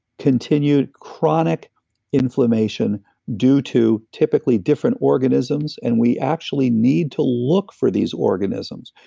continued chronic inflammation due to typically different organisms, and we actually need to look for these organisms.